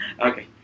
Okay